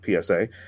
PSA